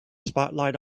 spotlight